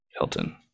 Hilton